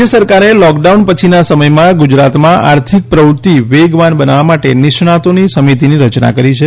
રાજ્ય સરકારે લોંકડાઉન પછીના સમયમાં ગુજરાતમાં આર્થિક પ્રવત્તિ વેગવાન બનાવવા માટે નિષ્ણાંતોની સમિતિની રચના કરી છે